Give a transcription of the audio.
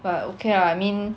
but okay lah I mean